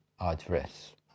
address